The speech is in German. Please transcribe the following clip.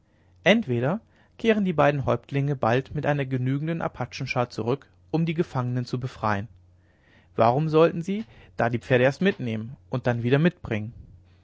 entweder kehren die beiden häuptlinge bald mit einer genügenden apachenschar zurück um die gefangenen zu befreien warum sollen sie da die pferde erst mitnehmen und dann wieder mitbringen